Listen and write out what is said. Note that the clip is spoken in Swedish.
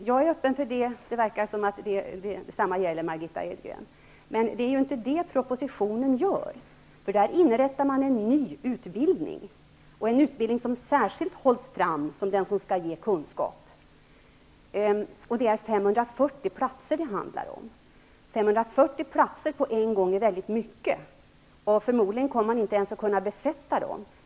Jag är öppen för det, och det verkar som om detsamma gäller Men enligt propositionen skall en ny utbildning inrättas som särskilt hålls fram som den som skall ge kunskap. Det handlar om 540 platser. 540 platser på en gång är väldigt mycket. Förmodligen kommer man inte ens att kunna besätta dem.